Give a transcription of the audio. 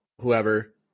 whoever